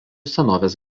senovės